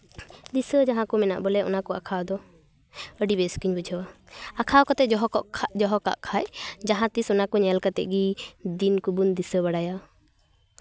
ᱫᱤᱥᱟᱹ ᱡᱟᱦᱟᱸ ᱠᱚ ᱢᱮᱱᱟᱜ ᱵᱚᱞᱮ ᱚᱱᱟ ᱠᱚ ᱟᱸᱠᱟᱣ ᱟᱫᱚ ᱟᱹᱰᱤ ᱵᱮᱥ ᱜᱮᱧ ᱵᱩᱡᱷᱟᱹᱣᱟ ᱟᱸᱠᱟᱣ ᱠᱟᱛᱮ ᱡᱚᱦᱚ ᱫᱚᱦᱚ ᱠᱟᱜ ᱠᱷᱟᱡ ᱡᱟᱦᱟᱸ ᱛᱤᱥ ᱚᱱᱟ ᱠᱚ ᱧᱮᱞ ᱠᱟᱛᱮ ᱜᱮ ᱫᱤᱱ ᱠᱚᱵᱚᱱ ᱫᱤᱥᱟᱹ ᱵᱟᱲᱟᱭᱟ